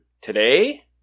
Today